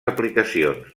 aplicacions